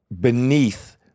beneath